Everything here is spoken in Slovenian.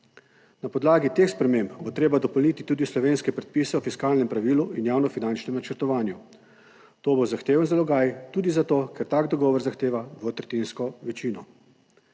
Na podlagi teh sprememb bo treba dopolniti tudi slovenske predpise o fiskalnem pravilu in javnofinančnem načrtovanju. To bo zahteven zalogaj tudi zato, ker tak dogovor zahteva dvotretjinsko večino.